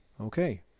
Okay